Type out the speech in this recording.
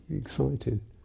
excited